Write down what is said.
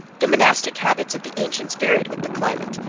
the monastic habits of the ancients varied with the climate,